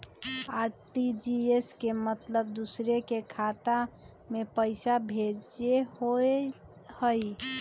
RTGS के मतलब दूसरे के खाता में पईसा भेजे होअ हई?